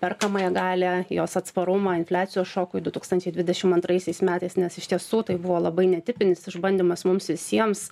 perkamąją galią jos atsparumą infliacijos šokui du tūkstančiai dvidešim antraisiais metais nes iš tiesų tai buvo labai netipinis išbandymas mums visiems